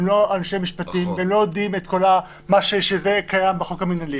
הם לא אנשי משפטים והם לא יודעים את כל מה שקיים בחוק המינהלי.